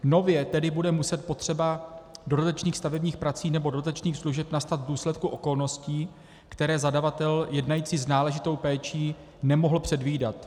Nově bude tedy muset potřeba dodatečných stavebních prací nebo dodatečných služeb nastat v důsledku okolností, které zadavatel jednající s náležitou péčí nemohl předvídat.